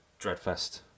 Dreadfest